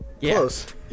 Close